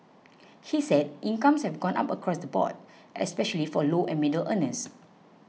he said incomes have gone up across the board especially for low and middle earners